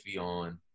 on